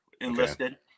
enlisted